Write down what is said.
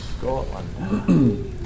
Scotland